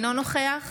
אינו נוכח